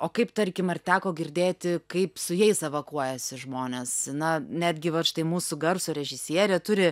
o kaip tarkim ar teko girdėti kaip su jais evakuojasi žmonės na netgi vat štai mūsų garso režisierė turi